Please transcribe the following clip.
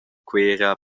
cuera